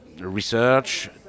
research